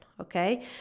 Okay